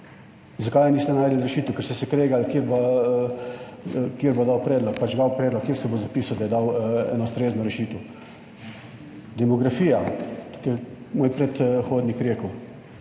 Zakaj niste našli rešitev? Ker ste se kregali, kjer bo dal predlog, pa čigav predlog, kjer se bo zapisal, da je dal eno ustrezno rešitev. Demografija, to kar je moj predhodnik rekel,